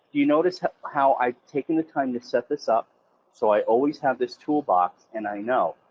do you notice how i've taken the time to set this up so i always have this toolbox and i know,